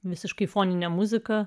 visiškai foninę muziką